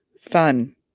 fun